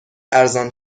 ارزان